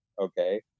okay